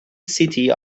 city